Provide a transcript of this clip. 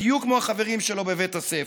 בדיוק כמו החברים שלו בבית הספר.